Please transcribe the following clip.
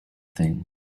thing